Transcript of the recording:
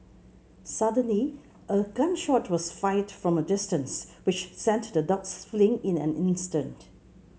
suddenly a gun shot was fired from a distance which sent the dogs fleeing in an instant